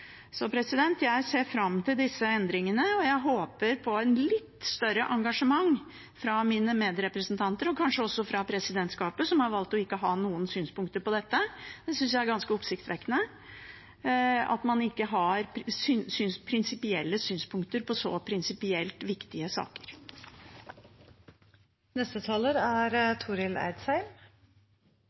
Jeg ser fram til disse endringene, og jeg håper på et litt større engasjement fra mine medrepresentanter og kanskje også fra presidentskapet, som har valgt å ikke ha noen synspunkter på dette. Jeg synes det er ganske oppsiktsvekkende at man ikke har prinsipielle synspunkter på så prinsipielt viktige saker. Då eg innleia, sa eg at det er